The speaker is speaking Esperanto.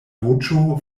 voĉo